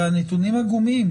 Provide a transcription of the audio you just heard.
הרי הנתונים הם עגומים,